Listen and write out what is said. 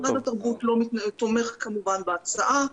משרד התרבות תומך, כמובן, בהצעה.